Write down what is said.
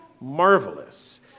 marvelous